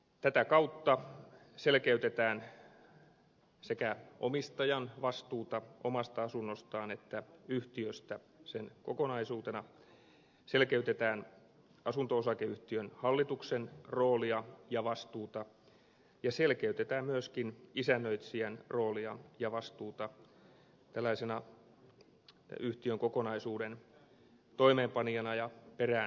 tätä kautta selkeytetään omistajan vastuuta sekä omasta asunnostaan että yhtiöstä sen kokonaisuutena selkeytetään asunto osakeyhtiön hallituksen roolia ja vastuuta ja selkeytetään myöskin isännöitsijän roolia ja vastuuta tällaisena yhtiön kokonaisuuden toimeenpanijana ja peräänkatsojana